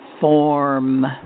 form